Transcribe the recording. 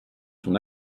son